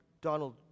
Donald